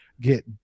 get